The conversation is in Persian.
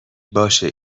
باشه